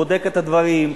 בודק את הדברים,